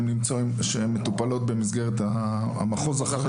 שמטופלות במסגרת המחוז החרדי.